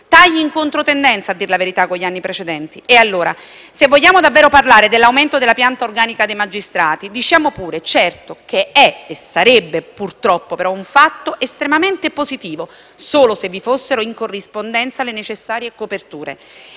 tagli in controtendenza, a dir la verità, con gli anni precedenti. E allora, se vogliamo davvero parlare dell'aumento della pianta organica dei magistrati, diciamo pure - certo - che è e sarebbe un fatto estremamente positivo, purtroppo però solo se vi fossero, in corrispondenza, le necessarie coperture.